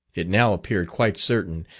it now appeared quite certain,